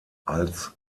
als